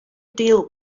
deal